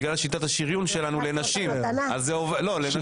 בגלל שיטת השריון שלנו לנשים אז --- בסדר,